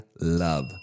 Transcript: love